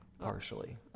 partially